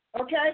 Okay